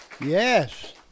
Yes